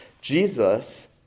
Jesus